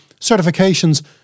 certifications